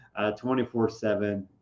24/7